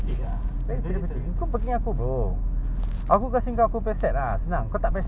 aku tengok dia orang punya reel besar besar macam main boat punya kan